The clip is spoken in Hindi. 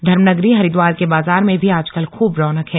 धर्मनगरी हरिद्वार के बाजार में भी आजकल खूब रौनक है